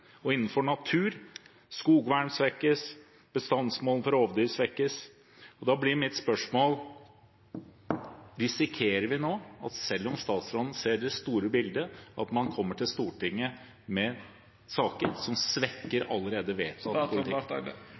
Innenfor naturfeltet er det sånn at skogvernet svekkes, bestandsmålene for rovdyr svekkes. Da blir mitt spørsmål: Risikerer vi nå at selv om statsråden ser det store bildet, så kommer man til Stortinget med saker som svekker allerede vedtatt